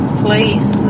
place